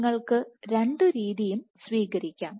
നിങ്ങൾക്ക് രണ്ടു രീതിയും സ്വീകരിക്കാം